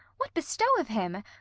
what bestow of him?